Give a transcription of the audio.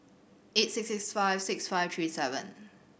eight six six five six five three seven